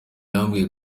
yambwiye